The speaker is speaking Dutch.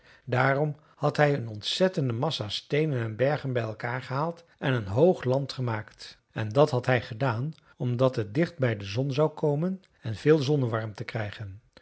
daarom had hij een ontzettende massa steenen en bergen bij elkaar gehaald en een hoog land gemaakt en dat had hij gedaan omdat het dicht bij de zon zou komen en veel zonnewarmte krijgen